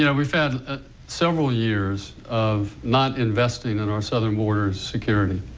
you know we found several years of not investing in our southern border security.